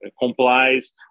complies